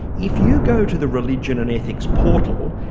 if you go to the religion and ethics portal,